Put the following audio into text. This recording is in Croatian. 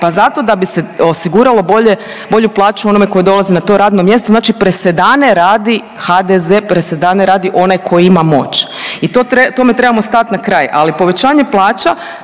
Pa zato da bi se osiguralo bolje, bolju plaću onome tko dolazi na to radno mjesto. Znači presedane radi HDZ, presedane radi onaj koji ima moć. I to, tome trebamo stati na kraj, ali povećanje plaća